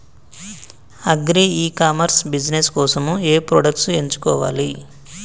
Agri e commerce business కోసము ఏ products ఎంచుకోవాలి?